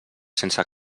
sense